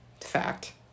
fact